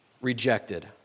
rejected